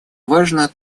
важно